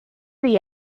the